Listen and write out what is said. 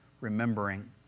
remembering